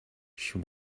she